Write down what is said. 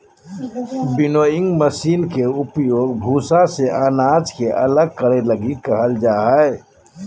winnowing machine के उपयोग भूसा से अनाज के अलग करे लगी कईल जा हइ